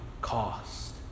cost